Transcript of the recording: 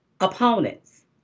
opponents